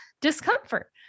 discomfort